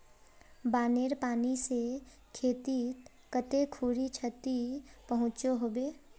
बानेर पानी से खेतीत कते खुरी क्षति पहुँचो होबे?